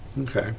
Okay